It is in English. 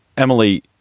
emily,